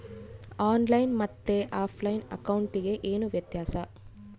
On line ಮತ್ತೆ offline ಅಕೌಂಟಿಗೆ ಏನು ವ್ಯತ್ಯಾಸ?